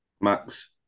Max